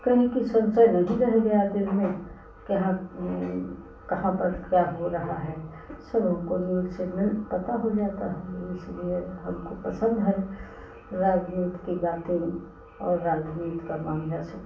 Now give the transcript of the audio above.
कहीं की संशय नहीं रहे गया दिल में कि हाँ कहाँ पर क्या हो रहा है सब हमको न्यूज़ से मिल पता हो जाता है इसलिए हमको पसंद है राजनीति की बातें और राजनीति का माँझा सब